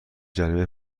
جریمه